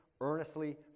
earnestly